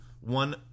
one